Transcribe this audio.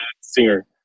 singer